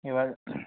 এবার